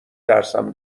ترسم